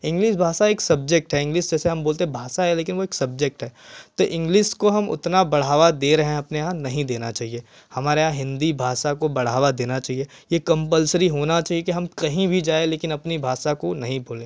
English भाषा एक subject है इंग्लिश जैसे हम बोलते हैं भाषा है लेकिन वह एक सब्जेक्ट है तो इंग्लिश को हम उतना बढ़ावा दे रहें अपने यहाँ नहीं देना चाहिए हमारे यहाँ हिंदी भाषा को बढ़ावा देना चाहिए यह कंपल्सरी होना चाहिए कि हम कहीं भी जाए लेकिन अपनी भाषा को नहीं भूलें